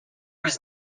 was